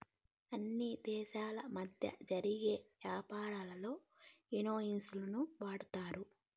అన్ని దేశాల మధ్య జరిగే యాపారాల్లో ఇన్ వాయిస్ లను వాడతారు